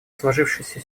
сложившаяся